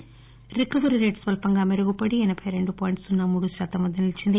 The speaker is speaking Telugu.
దీంతో రికవరీ రేటు స్వల్పంగా మెరుగుపడి ఎనబై రెండు పాయింట్ సున్న మూడు శాతం వద్ద నిలిచింది